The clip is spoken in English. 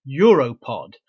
Europod